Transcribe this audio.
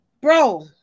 bro